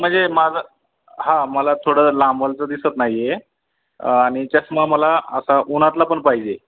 म्हणजे माझं हा मला थोडं लांबवरचं दिसत नाही आहे आणि चष्मा मला असा उन्हातलापण पाहिजे